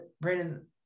Brandon